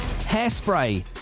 Hairspray